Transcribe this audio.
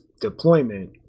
deployment